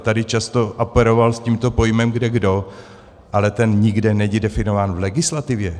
Tady často operoval s tímto pojmem kdekdo, ale ten nikde není definován v legislativě!